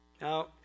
Now